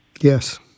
Yes